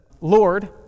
Lord